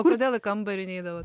o kodėl į kambarį neidavot